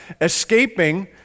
escaping